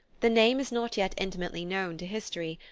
the name is not yet intimately known to history,